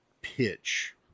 pitch